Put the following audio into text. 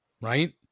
right